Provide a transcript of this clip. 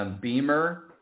Beamer